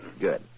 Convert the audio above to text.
Good